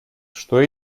что